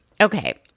Okay